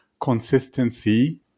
Consistency